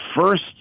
first